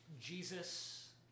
Jesus